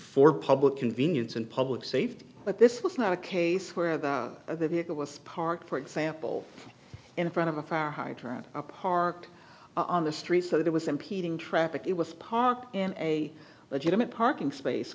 for public convenience and public safety but this was not a case where the vehicle was parked for example in front of a fire hydrant parked on the street so that was impeding traffic it was parked in a legitimate parking space